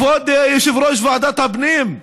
כבוד יושב-ראש ועדת הפנים,